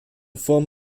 form